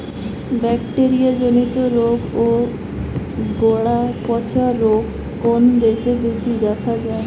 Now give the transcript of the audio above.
Bacteria জনিত রোগ ও গোড়া পচা রোগ কোন দেশে বেশি দেখা যায়?